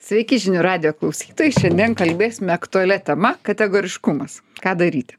sveiki žinių radijo klausytojai šiandien kalbėsime aktualia tema kategoriškumas ką daryti